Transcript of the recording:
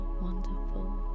wonderful